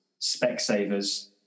Specsavers